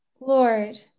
Lord